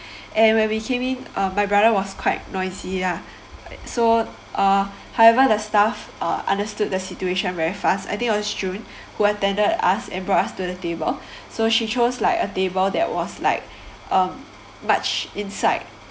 and when we came in uh my brother was quite noisy lah so uh however the staff uh understood the situation very fast I think was june who attended us and brought us to the table so she chose like a table that was like um much inside